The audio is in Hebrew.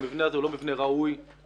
המבנה הזה הוא לא מבנה ראוי לאשפוז